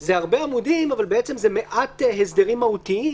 זה הרבה עמודים, אבל זה מעט הסדרים מהותיים.